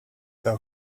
thou